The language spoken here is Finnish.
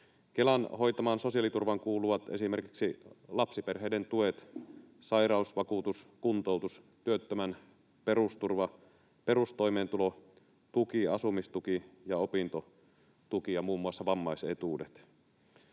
Kelan hoitamaan sosiaaliturvaan kuuluvat esimerkiksi lapsiperheiden tuet, sairausvakuutus, kuntoutus, työttömän perusturva, perustoimeentulotuki, asumistuki ja opintotuki ja muun muassa vammaisetuudet.